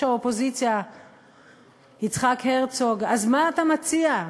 האופוזיציה יצחק הרצוג: אז מה אתה מציע?